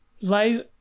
life